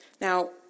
Now